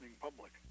public